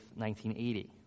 1980